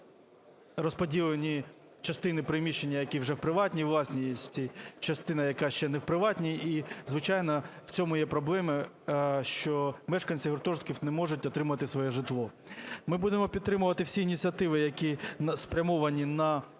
розподілені частини приміщення, які вже в приватній власності, частина, яка ще не в приватній, і, звичайно, в цьому є проблеми, що мешканці гуртожитків не можуть отримати своє житло. Ми будемо підтримувати всі ініціативи, які спрямовані на